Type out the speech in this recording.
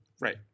Right